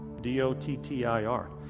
d-o-t-t-i-r